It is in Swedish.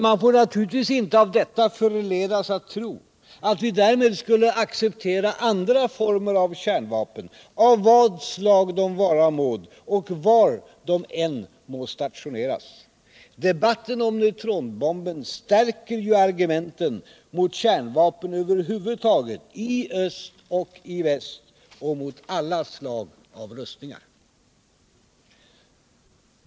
Man får av detta inte förledas tro att vi därmed skulle acceptera andra former av kärnvapen, av vad slag de vara må och var de än må stationeras. Debatten om neutronbomben stärker ju argumenten mot kärnvapen över huvud taget i öst och i väst — och mot alla slags rustningar.